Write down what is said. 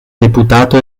deputato